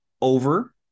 over